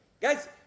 Guys